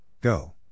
Go